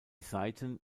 saiten